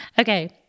Okay